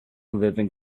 living